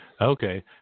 Okay